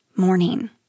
morning